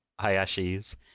Hayashi's